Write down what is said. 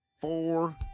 Four